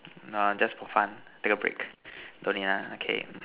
nah just for fun take a break don't need ah okay